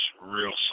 real